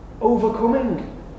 overcoming